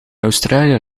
australië